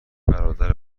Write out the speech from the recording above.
برادر